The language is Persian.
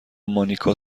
مانیکا